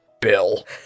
Bill